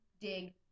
dig